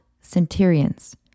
centurions